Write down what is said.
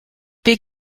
big